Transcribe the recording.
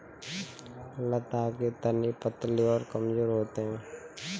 लता के तने पतले और कमजोर होते हैं